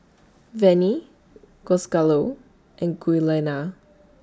Vannie Gonzalo and Giuliana